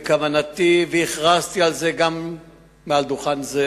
ובכוונתי, והכרזתי על זה גם מעל דוכן זה